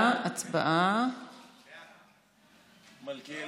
אתם במקומותיכם?